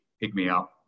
pick-me-up